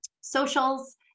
socials